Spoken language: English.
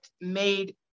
made